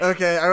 Okay